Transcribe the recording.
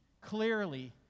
clearly